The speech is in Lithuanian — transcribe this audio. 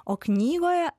o knygoje